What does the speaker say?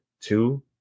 two